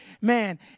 Man